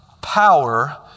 power